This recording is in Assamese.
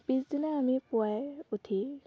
পিছদিনা আমি পুৱাই উঠি